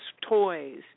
toys